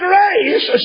Grace